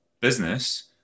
business